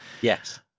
Yes